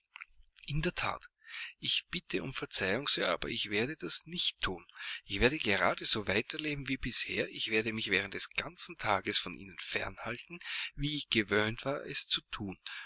in der that ich bitte um verzeihung sir aber ich werde das nicht thun ich werde gerade so weiter leben wie bisher ich werde mich während des ganzen tages von ihnen fern halten wie ich gewöhnt war es zu thun